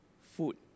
food